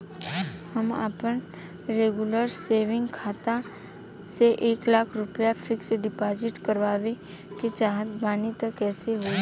हम आपन regular saving खाता से एक लाख रुपया फिक्स डिपॉज़िट करवावे के चाहत बानी त कैसे होई?